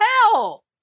hell